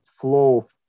flow